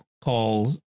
called